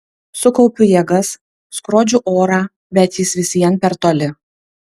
sukaupiu jėgas skrodžiu orą bet jis vis vien per toli